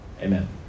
amen